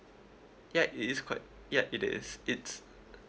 ya it is quite yup it is it's uh uh